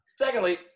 Secondly